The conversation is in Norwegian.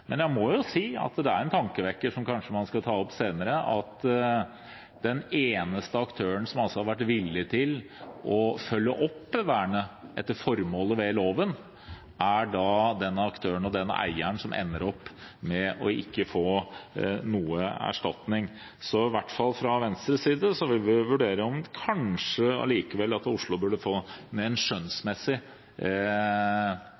Men jeg må jo si at det er en tankevekker, som man kanskje skal ta opp senere, at den eneste aktøren som har vært villig til å følge opp vernet etter formålet med loven, er den aktøren og den eieren som ender opp med ikke å få noe erstatning. I hvert fall fra Venstres side vil vi vurdere om Oslo kanskje allikevel burde få en skjønnsmessig erstatning, som ikke har sin grunn i loven, men ut fra en